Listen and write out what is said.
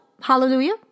hallelujah